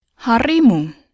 Harimu